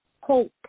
hope